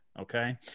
Okay